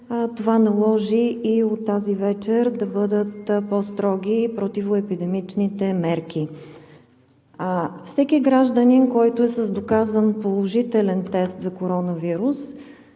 Това наложи от тази вечер да бъдат по-строги противоепидемичните мерки. Всеки гражданин, който е с доказан положителен тест за коронавирус,